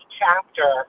chapter